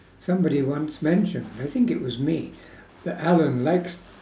somebody once mentioned I think it was me that alan likes